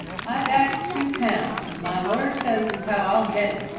i've axed two pound, and my lawyer says as how i'll get it.